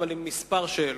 אבל בכמה שאלות.